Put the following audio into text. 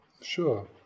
Sure